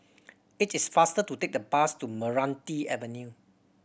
it is faster to take the bus to Meranti Avenue